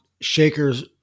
shakers